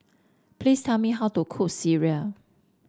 please tell me how to cook sireh